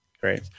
Great